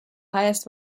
highest